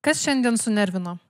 kas šiandien sunervino